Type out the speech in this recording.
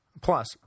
Plus